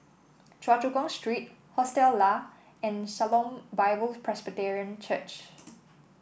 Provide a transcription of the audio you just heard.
Choa Chu Kang Street Hostel Lah and Shalom Bible Presbyterian Church